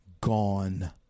gone